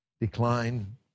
decline